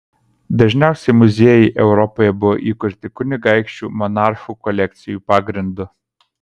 dažniausiai muziejai europoje buvo įkurti kunigaikščių monarchų kolekcijų pagrindu